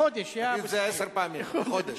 לחודש.